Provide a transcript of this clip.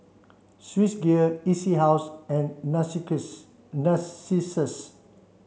Swissgear E C House and Narcissus